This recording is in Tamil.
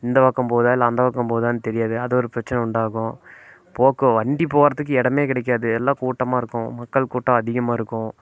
இந்தப்பக்கம் போகுதா இல்லை அந்த பக்கம் போகுதான்னு தெரியாது அது ஒரு பிரச்சனை உண்டாகும் போகும் வண்டி போறதுக்கு இடமே கிடைக்காது எல்லாம் கூட்டமாக இருக்கும் மக்கள் கூட்டம் அதிகமாக இருக்கும்